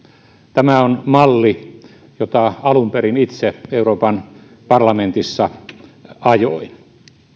tämä on malli jota alun perin itse euroopan parlamentissa ajoin